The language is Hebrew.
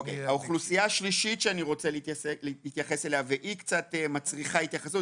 האוכלוסייה השלישית שאני רוצה להתייחס אליה והיא קצת מצריכה התייחסות,